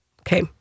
okay